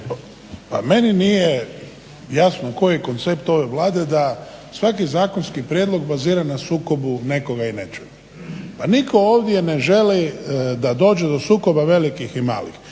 Pa meni nije jasno koji je koncept ove Vlade da svaki zakonski prijedlog bazira na sukobu nekoga i nečega. Pa nitko ovdje ne želi da dođe do sukoba velikih i malih.